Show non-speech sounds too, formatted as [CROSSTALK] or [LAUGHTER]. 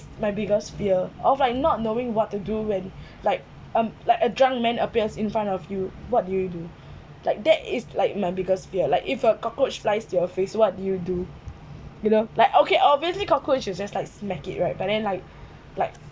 my biggest fear of like not knowing what to do when [BREATH] like um like a drunk man appears in front of you what do you do like that is like my biggest fear like if a cockroach flies to your face what you do you know like okay obviously cockroach you just like smack it right but then like [BREATH] like